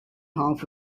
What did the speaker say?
half